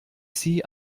sie